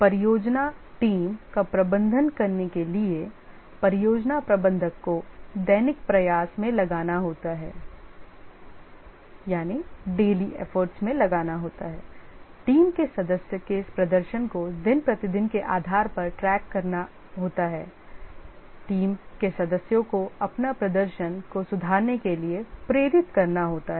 परियोजना टीम का प्रबंधन करने के लिए परियोजना प्रबंधक को दैनिक प्रयास में लगाना होता है टीम के सदस्य के प्रदर्शन को दिन प्रतिदिन के आधार पर ट्रैक करना होता है टीम के सदस्यों को अपने प्रदर्शन को सुधारने के लिए प्रेरित करना होता है